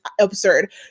absurd